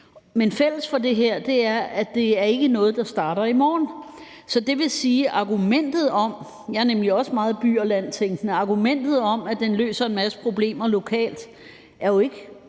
Men fælles for de her ting, at det ikke er noget, der starter i morgen. Det vil sige, at argumentet om – jeg er nemlig også meget by og